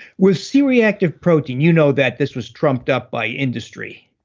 with c-reactive protein you know that this was trumped up by industry,